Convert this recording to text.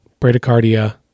bradycardia